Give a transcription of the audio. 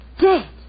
Dead